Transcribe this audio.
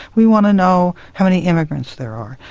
we want to know how many immigrants there are,